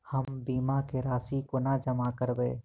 हम बीमा केँ राशि कोना जमा करबै?